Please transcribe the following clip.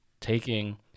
taking